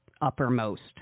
uppermost